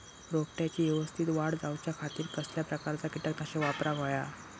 रोपट्याची यवस्तित वाढ जाऊच्या खातीर कसल्या प्रकारचा किटकनाशक वापराक होया?